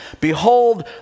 behold